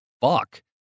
fuck